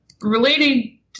relating